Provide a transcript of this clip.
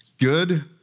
good